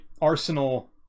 Arsenal